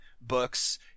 books